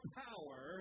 power